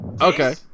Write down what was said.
Okay